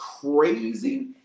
crazy